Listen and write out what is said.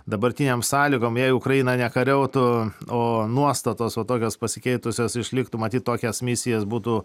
dabartinėm sąlygom jei ukraina nekariautų o nuostatos o tokios pasikeitusios išliktų matyt tokias misijas būtų